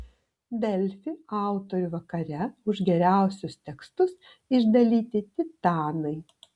delfi autorių vakare už geriausius tekstus išdalyti titanai